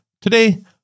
Today